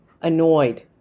annoyed